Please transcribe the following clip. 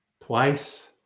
Twice